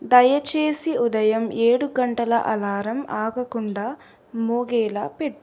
దయచేసి ఉదయం ఏడు గంటల అలారం ఆగకుండా మోగేలా పెట్టు